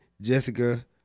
Jessica